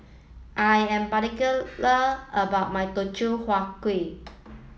I am particular about my Teochew Huat Kuih